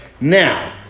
Now